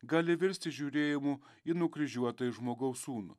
gali virsti žiūrėjimu į nukryžiuotąjį žmogaus sūnų